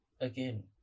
Again